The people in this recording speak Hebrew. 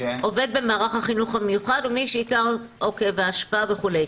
עובד במערך החינוך המיוחד ומי שעיקר עיסוקו באשפה וכו'.